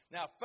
Now